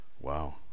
Wow